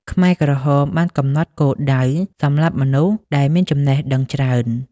ខ្មែរក្រហមបានកំណត់គោលដៅសម្លាប់មនុស្សដែលមានចំណេះដឹងច្រើន។